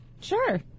Sure